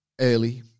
early